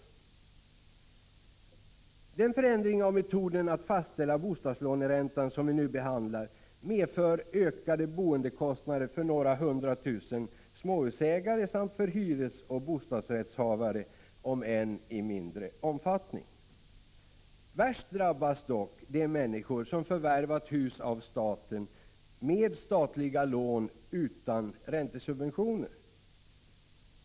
Den förändring av metoden att fastställa bostadslåneräntan som vi nu behandlar medför ökade boendekostnader för några hundratusen småhusägare samt för hyresgäster och bostadsrättshavare, om än i mindre omfattning. Värst drabbas dock de människor som förvärvat hus av staten med statliga lån utan räntesubventioner.